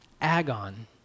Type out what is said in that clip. agon